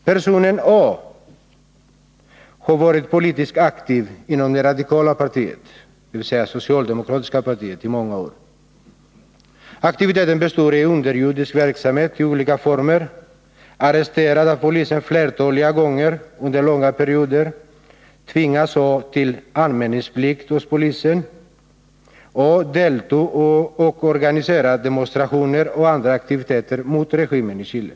Personen A har varit politiskt aktiv inom det radikala partiet, dvs. det socialdemokratiska partiet, i många år. Aktiviteten består i underjordisk verksamhet i olika former. A har arresterats av polisen flertaliga gånger. Under långa perioder tvingas A till anmälningsplikt hos polisen. A har deltagit i och organiserat demonstrationer och andra aktiviteter mot regimen i Chile.